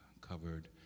covered